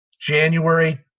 January